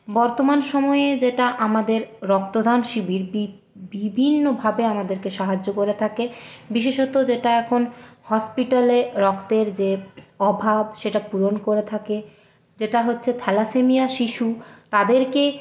বর্তমান সময়ে যেটা আমাদের রক্তদান শিবির বি বিভিন্নভাবে আমাদেরকে সাহায্য করে থাকে বিশেষত যেটা এখন হসপিটালে রক্তের যে অভাব সেটা পূরণ করে থাকে যেটা হচ্ছে থ্যালাসেমিয়া শিশু তাদেরকে